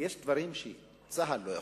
יש דברים שצה"ל לא יכול,